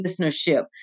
listenership